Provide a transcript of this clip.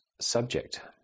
subject